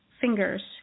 fingers